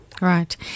Right